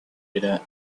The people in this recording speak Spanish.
era